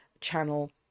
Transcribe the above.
channel